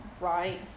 right